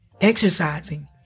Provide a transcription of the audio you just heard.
exercising